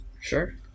Sure